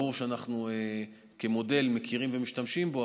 ברור שכמודל אנחנו מכירים ומשתמשים בו,